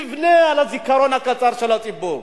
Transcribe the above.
תבנה על הזיכרון הקצר של הציבור.